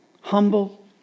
humble